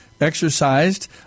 exercised